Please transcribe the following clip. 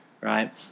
right